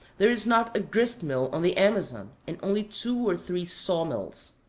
there is not a grist-mill on the amazon, and only two or three saw-mills.